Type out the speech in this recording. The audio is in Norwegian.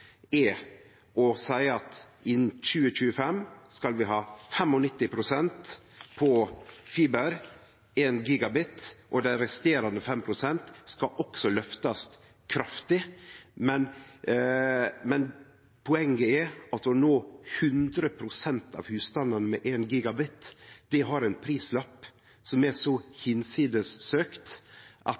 er å seie at i 2025 skal vi ha 95 pst. på fiber med 1 Gbit/s, og dei resterande 5 pst. skal også løftast kraftig. Poenget er at å nå 100 pst. av husstandane med 1 Gbit/s har ein prislapp som er så bortanfor søkt at